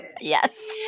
Yes